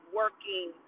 working